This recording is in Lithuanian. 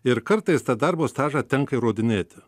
ir kartais tą darbo stažą tenka įrodinėti